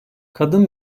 kadın